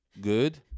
good